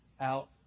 Out